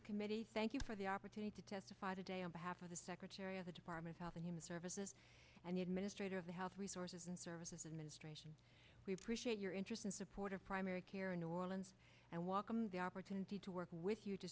the committee thank you for the opportunity to testify today on behalf of the secretary of the department of health and human services and the administrator of the health resources and services administration we appreciate your interest and support of primary care in new orleans and welcome the opportunity to work with you to